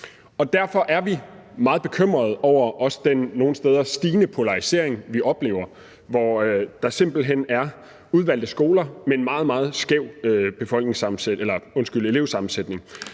Derfor er vi meget bekymrede over den nogle steder stigende polarisering, vi oplever, hvor der simpelt hen er udvalgte skoler med en meget, meget skæv elevsammensætning.